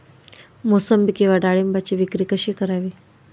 मोसंबी किंवा डाळिंबाची विक्री कशी करावी?